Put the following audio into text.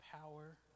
power